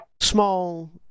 Small